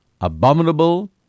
abominable